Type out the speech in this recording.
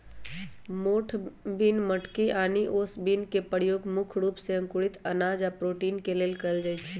मोठ बिन मटकी आनि ओस बिन के परयोग मुख्य रूप से अंकुरित अनाज आ प्रोटीन के लेल कएल जाई छई